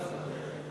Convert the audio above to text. אתה מפריע.